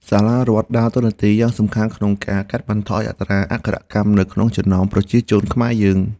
សាលារដ្ឋដើរតួនាទីយ៉ាងសំខាន់ក្នុងការកាត់បន្ថយអត្រាអក្ខរកម្មនៅក្នុងចំណោមប្រជាពលរដ្ឋខ្មែរយើង។